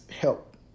help